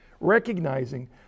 recognizing